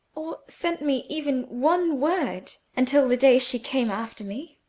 or sent me even one word, until the day she came after me.